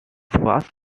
was